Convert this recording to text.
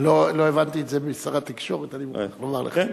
לא הבנתי את זה משר התקשורת, אני מוכרח להגיד לך.